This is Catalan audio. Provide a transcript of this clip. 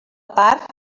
part